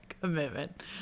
commitment